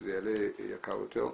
שזה יעלה יקר יותר,